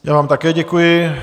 Já vám také děkuji.